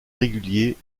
réguliers